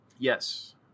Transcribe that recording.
Yes